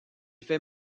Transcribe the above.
fait